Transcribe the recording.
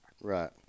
right